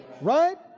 Right